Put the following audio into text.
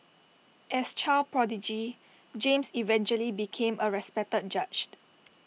as child prodigy James eventually became A respected judged